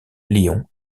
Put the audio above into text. lyon